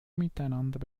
miteinander